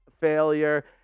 failure